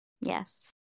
Yes